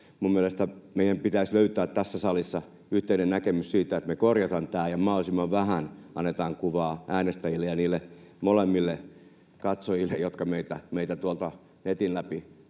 mielestäni meidän pitäisi löytää tässä salissa yhteinen näkemys siitä, että me korjataan tämä, ja mahdollisimman vähän annetaan kuvaa äänestäjille ja niille molemmille katsojille, jotka meitä tuolta netin läpi